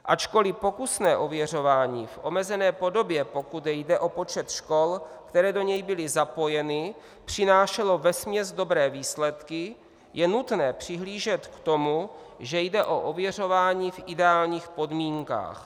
Ačkoliv pokusné ověřování v omezené podobě, pokud jde o počet škol, které do něj byly zapojeny, přinášelo vesměs dobré výsledky, je nutné přihlížet k tomu, že jde o ověřování v ideálních podmínkách.